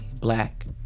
black